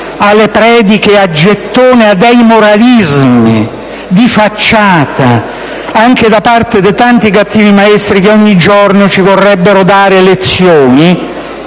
alle prediche a gettone ed ai moralismi di facciata, anche da parte dei tanti cattivi maestri che ogni giorno ci vorrebbero dare lezioni,